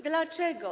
Dlaczego?